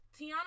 Tiana